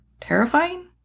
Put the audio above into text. terrifying